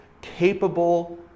capable